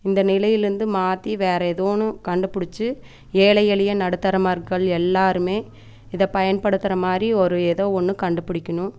இந்த நிலையிலிருந்து மாற்றி வேறு ஏதோ ஒன்று கண்டுபிடிச்சு ஏழை எளிய நடுத்தர மக்கள் எல்லாருமே இதை பயன்படுத்துகிற மாதிரி ஒரு ஏதோ ஒன்று கண்டுபிடிக்கணும்